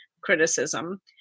criticism